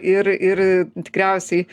ir ir tikriausiai